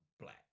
black